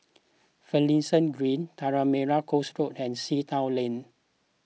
Finlayson Green Tanah Merah Coast Road and Sea Town Lane